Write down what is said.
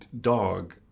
dog